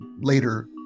later